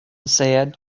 said